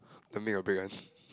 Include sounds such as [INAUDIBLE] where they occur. the make or break one [LAUGHS]